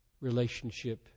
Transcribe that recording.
relationship